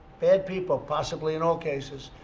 bad people, possibly in all cases.